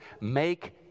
make